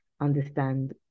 understand